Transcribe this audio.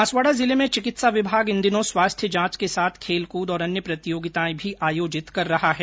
बांसवाड़ा जिले में चिकित्सा विभाग इन दिनों स्वास्थ्य जांच के साथ खेलकूद और अन्य प्रतियोगिताएं भी आयोजित कर रहा है